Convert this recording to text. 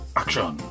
action